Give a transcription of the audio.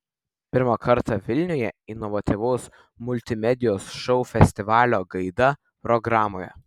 pirmą kartą vilniuje inovatyvus multimedijos šou festivalio gaida programoje